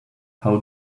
how